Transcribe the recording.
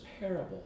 parable